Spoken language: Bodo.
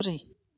ब्रै